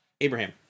Abraham